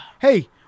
hey